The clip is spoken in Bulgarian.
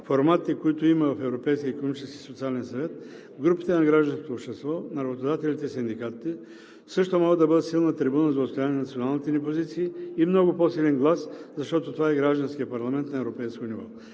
социален съвет, групите на гражданското общество, на работодателите и синдикатите, също могат да бъдат силна трибуна за отстояване на националните ни позиции и много по-силен глас, защото това е гражданският парламент на европейско ниво.